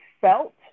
felt